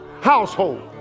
household